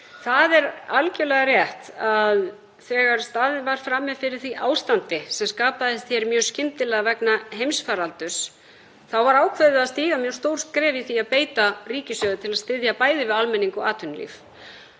Það er algjörlega rétt að þegar staðið var frammi fyrir því ástandi sem skapaðist hér mjög skyndilega vegna heimsfaraldurs var ákveðið að stíga mjög stór skref í því að beita ríkissjóði til að styðja bæði við almenning og atvinnulíf.